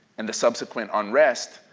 and the subsequent unrest,